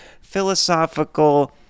philosophical